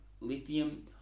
lithium